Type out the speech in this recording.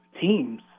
teams